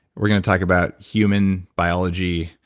we're gonna talk about human biology,